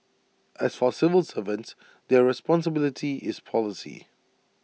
as for civil servants their responsibility is policy